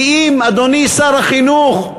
כי אם, אדוני שר החינוך,